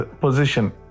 position